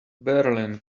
berlin